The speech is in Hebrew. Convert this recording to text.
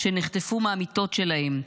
שנחטפו מהמיטות שלהם,